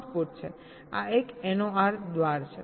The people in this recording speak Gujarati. આ એક NOR દ્વાર છે